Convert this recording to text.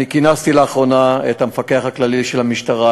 אני כינסתי לאחרונה את המפקח הכללי של המשטרה,